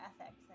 ethics